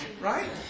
right